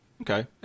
Okay